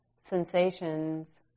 sensations